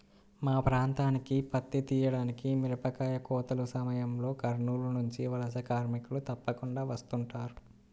మా ప్రాంతానికి పత్తి తీయడానికి, మిరపకాయ కోతల సమయంలో కర్నూలు నుంచి వలస కార్మికులు తప్పకుండా వస్తుంటారు